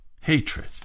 Hatred